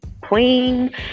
Queen